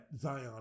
Zion